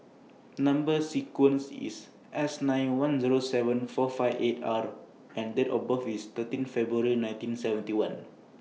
Number sequence IS S nine one Zero seven four five eight R and Date of birth IS thirteen February nineteen seventy one